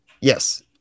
Yes